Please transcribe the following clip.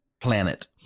Planet